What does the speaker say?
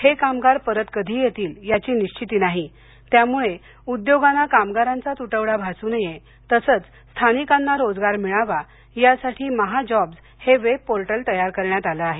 हे कामगार परत कधी येतील याची निश्विती नाही त्यामुळे उद्योगांना कामगाराचा तुटवडा भासू नये तसेचस्थानिकांना रोजगार मिळावा यासाठी महाजॉब्स हे वेबपोर्टल तयार करण्यात आले आहे